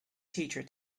teacher